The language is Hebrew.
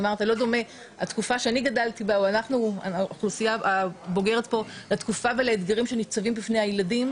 זה לא דומה לתקופה שאני גדלתי בה ולאתגרים שניצבים בפני הילדים.